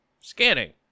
Scanning